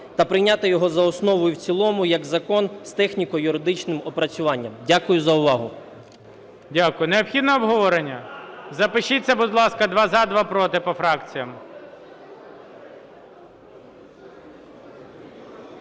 та прийняти його за основу і в цілому як закон з техніко-юридичним опрацюванням. Дякую за увагу. ГОЛОВУЮЧИЙ. Дякую. Необхідно обговорення? Запишіться, будь ласка: два – за, два – проти, по фракціях.